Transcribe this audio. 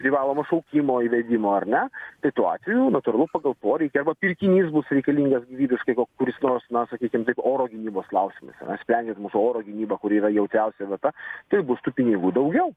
privalomo šaukimo įvedimo ar ne tai tuo atveju natūralu pagal poreikį arba pirkinys bus reikalingas gyvybiškai ko kuris nors na sakykim taip oro gynybos klausimais sprendžiant mūsų oro gynybą kuri yra jautriausia vieta tai bus tų pinigų daugiau